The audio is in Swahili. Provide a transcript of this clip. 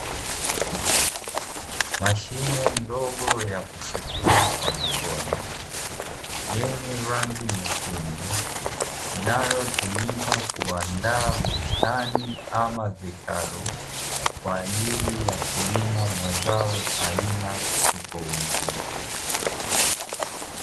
Mashine ndogo ya kusukuma kwa mikono yenye rangi nyekundu inayotumika kuandaa bustani ama vitalu kwa ajili ya kulima mazao aina tofauti.